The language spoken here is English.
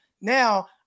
now